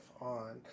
on